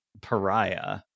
pariah